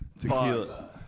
Tequila